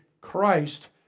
Christ